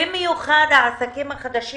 במיוחד העסקים החדשים